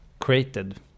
created